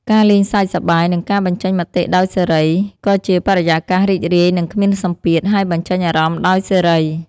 ការលេងសើចសប្បាយ និងការបញ្ចេញមតិដោយសេរី ក៏ជាបរិយាកាសរីករាយ និងគ្មានសម្ពាធ ហើយបញ្ចេញអារម្មណ៍ដោយសេរី។